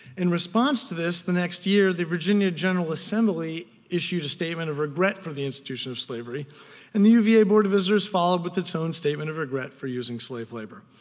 in response to this, the next year the virginia general assembly issued a statement of regret for the institution of slavery and the uva board of visitors followed with its own statement of regret for using slave labor.